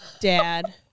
dad